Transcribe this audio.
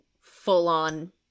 full-on